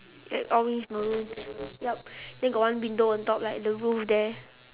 ya orange maroon yup then got one window on top like the roof there